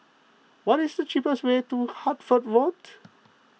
what is the cheapest way to Hertford Road